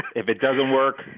if it doesn't work,